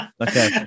okay